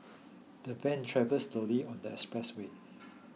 the van travelled slowly on the expressway